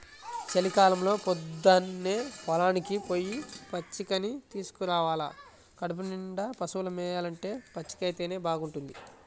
చలికాలంలో పొద్దన్నే పొలానికి పొయ్యి పచ్చికని తీసుకురావాల కడుపునిండా పశువులు మేయాలంటే పచ్చికైతేనే బాగుంటది